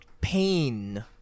pain